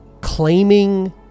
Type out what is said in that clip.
claiming